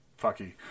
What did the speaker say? fucky